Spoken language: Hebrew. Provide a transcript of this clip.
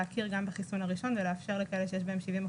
להכיר גם בחיסו נציגת מועצת התלמידים